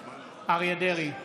אריה מכלוף דרעי,